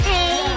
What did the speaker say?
Hey